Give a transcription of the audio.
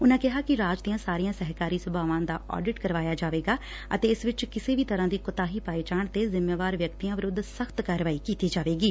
ਉਨੂਾਂ ਕਿਹਾ ਰਾਜ ਦੀਆਂ ਸਾਰੀਆਂ ਸਹਿਕਾਰੀ ਸਭਾਵਾਂ ਦਾ ਆਡਿਟ ਕਰਵਾਇਆ ਜਾਵੇਗਾ ਅਤੇ ਇਸ ਵਿੱਚ ਕਿਸੇ ਵੀ ਤਰੂਾਂ ਦੀ ਕੁਤਾਹੀ ਪਾਏ ਜਾਣ ਤੇ ਜਿੰਮੇਵਾਰ ਵਿਅਕਤੀਆਂ ਵਿਰੁੱਧ ਸਖਤ ਕਾਰਵਾਈ ਕੀਤੀ ਜਾਵੇਗੀ